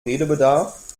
redebedarf